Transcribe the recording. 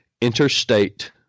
interstate